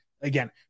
again